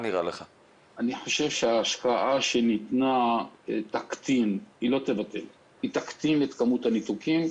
ההשקעה שניתנה תקטין את כמות הניתוקים,